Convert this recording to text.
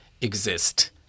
exist